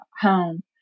home